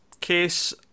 case